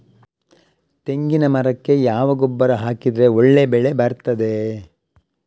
ತೆಂಗಿನ ಮರಕ್ಕೆ ಯಾವ ಗೊಬ್ಬರ ಹಾಕಿದ್ರೆ ಒಳ್ಳೆ ಬೆಳೆ ಬರ್ತದೆ?